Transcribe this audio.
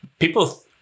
People